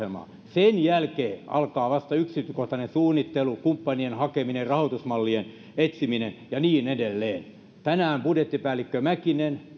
sen jälkeen alkaa yksityiskohtainen suunnittelu kumppanien hakeminen rahoitusmallien etsiminen ja niin edelleen tänään budjettipäällikkö mäkinen